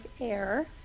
air